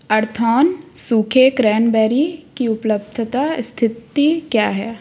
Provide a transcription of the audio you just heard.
अर्थान सूखे क्रैनबेरी की उपलब्धता स्थिति क्या है